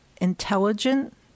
intelligent